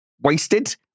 wasted